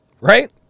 Right